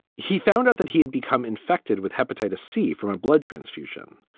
he found out that he had become infected with hepatitis c from a blood transfusion.